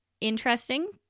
interesting